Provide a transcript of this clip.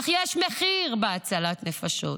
אך יש מחיר להצלת נפשות,